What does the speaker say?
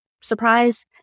Surprise